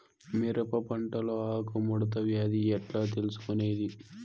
మిరప పంటలో ఆకు ముడత వ్యాధి ఎట్లా తెలుసుకొనేది?